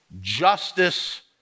justice